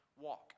walk